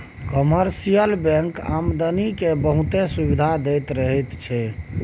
commercial bank आदमी केँ बहुतेक सुविधा दैत रहैत छै